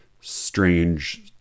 strange